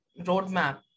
roadmap